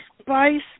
spice